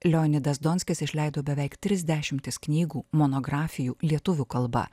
leonidas donskis išleido beveik tris dešimtis knygų monografijų lietuvių kalba